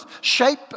Shape